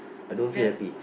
is there